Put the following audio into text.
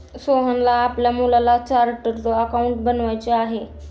सोहनला आपल्या मुलाला चार्टर्ड अकाउंटंट बनवायचे आहे